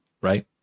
right